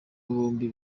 bombi